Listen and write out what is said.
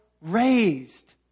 raised